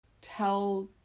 tell